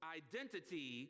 identity